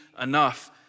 enough